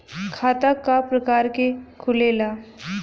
खाता क प्रकार के खुलेला?